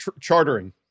chartering